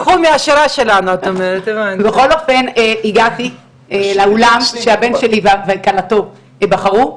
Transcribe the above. בכל אופן הגעתי לאולם שהבן שלי וכלתו בחרו,